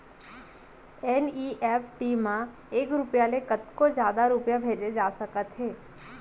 NEFT म एक रूपिया ले कतको जादा रूपिया भेजे जा सकत हे